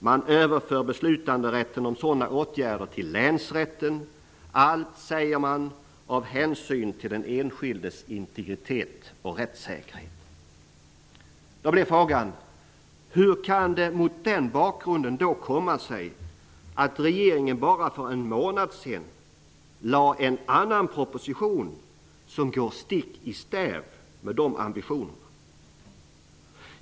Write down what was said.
Man överför beslutanderätten om sådana åtgärder till länsrätten. Allt detta görs -- säger man -- av hänsyn till den enskildes integritet och rättssäkerhet. Hur kan det då mot den bakgrunden komma sig att regeringen bara för en månad sedan lade fram en annan proposition som går stick i stäv med dessa ambitioner?